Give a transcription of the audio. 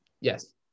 Yes